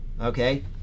okay